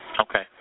Okay